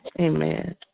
Amen